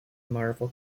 marvel